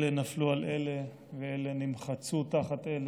אלה נפלו על אלה, ואלה נמחצו תחת אלה,